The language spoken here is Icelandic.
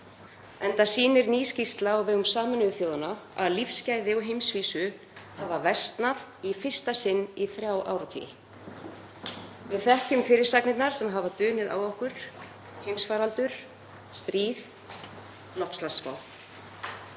enda sýnir ný skýrsla á vegum Sameinuðu þjóðanna að lífsgæði á heimsvísu hafa versnað í fyrsta sinn í þrjá áratugi. Við þekkjum fyrirsagnirnar sem hafa dunið á okkur: Heimsfaraldur. Stríð. Loftslagsvá.